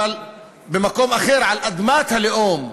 אבל במקום אחר, על אדמת הלאום.